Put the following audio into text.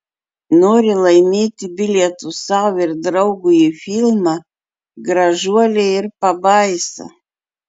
nori laimėti bilietus sau ir draugui į filmą gražuolė ir pabaisa